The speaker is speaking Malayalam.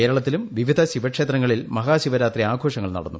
കേരളത്തിലും വിവിധ ശിവ്ക്ഷേത്രങ്ങളിൽ മഹാശിവരാത്രി ആഘോഷങ്ങൾ നടന്നു